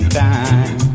time